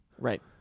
Right